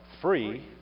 free